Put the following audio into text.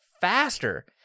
faster